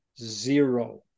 zero